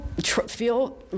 feel